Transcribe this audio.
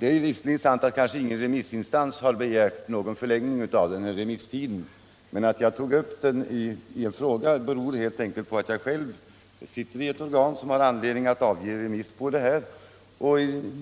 är visserligen sant att ingen remissinstans begärt en förlängning av remisstiden. Men att jag har tagit upp saken genom en fråga beror på att jag själv sitter i ett organ som har anledning att avge remissvar på betänkandet.